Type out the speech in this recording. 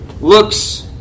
looks